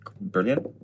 Brilliant